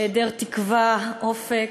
היעדר תקווה ואופק.